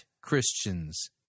Christians